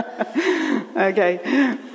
okay